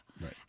Right